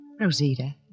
Rosita